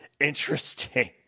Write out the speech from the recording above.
interesting